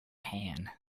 tan